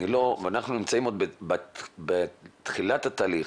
ואנחנו נמצאים עוד בתחילת התהליך.